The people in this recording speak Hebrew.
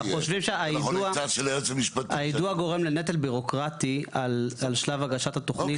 אנחנו חושבים שהיידוע גורם לנטל בירוקרטי על שלב הגשת התוכנית.